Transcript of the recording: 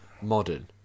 modern